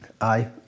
Aye